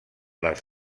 les